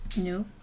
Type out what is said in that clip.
No